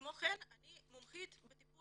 כמו כן אני מומחית לטיפול